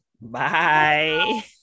Bye